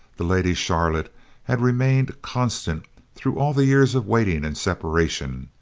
the lady charlotte had remained constant through all the years of waiting and separation,